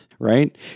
right